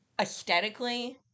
aesthetically